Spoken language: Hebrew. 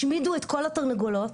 השמידו את כל התרנגולות.